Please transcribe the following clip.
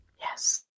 Yes